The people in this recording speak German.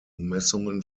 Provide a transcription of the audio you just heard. messungen